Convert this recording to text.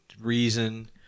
reason